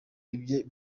ibye